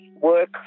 work